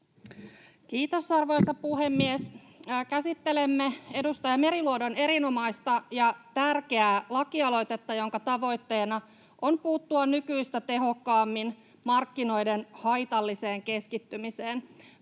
Kiitos, arvoisa puhemies! Käsittelemme edustaja Meriluodon erinomaista ja tärkeää lakialoitetta, jonka tavoitteena on puuttua nykyistä tehokkaammin markkinoiden haitalliseen keskittymiseen.